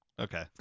Okay